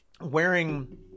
Wearing